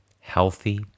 Healthy